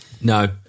No